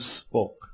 spoke